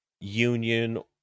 union